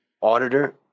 auditor